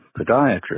podiatrist